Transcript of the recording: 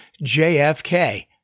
JFK